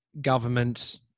government